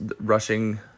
rushing